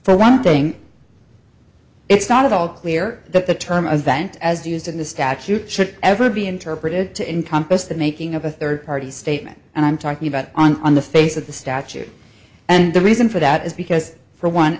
for one thing it's not at all clear that the term event as used in the statute should ever be interpreted to encompass the making of a third party statement and i'm talking about on the face of the statute and the reason for that is because for